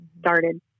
started